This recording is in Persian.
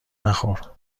نخور